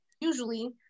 usually